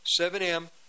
7M